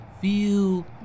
feel